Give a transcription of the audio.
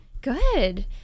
Good